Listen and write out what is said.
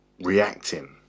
reacting